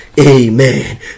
Amen